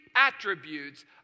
Attributes